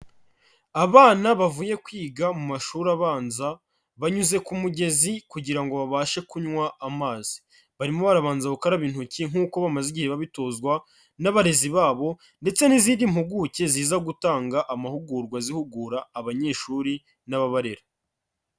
Abana bavuye kwiga mu mashuri abanza banyuze ku mugezi kugira ngo babashe kunywa amazi, barimo barabanza gukaraba intoki nk'uko bamaze igihe babitozwa n'abarezi babo ndetse n'izindi mpuguke ziza gutanga amahugurwa zihugura abanyeshuri n'ababarera.